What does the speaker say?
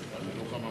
החינוך הממלכתי.